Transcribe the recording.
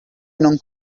non